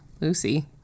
Lucy